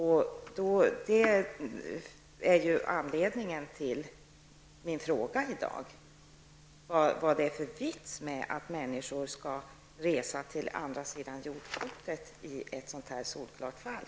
Det är anledningen till min fråga i dag. Vad är det för vits med att människor skall resa till andra sidan av jordklotet i ett sådant här solklart fall?